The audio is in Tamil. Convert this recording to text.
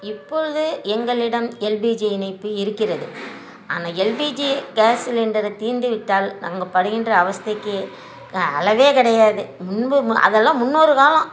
இப்பொழுது எங்களிடம் எல்பிஜி இணைப்பு இருக்கிறது ஆனால் எல்பிஜி கேஸ் சிலிண்டர் தீர்ந்து விட்டால் நாங்கள் படுகின்ற அவஸ்தைக்கு அளவே கிடையாது முன்பு அதெல்லாம் முன்னொரு காலம்